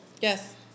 Yes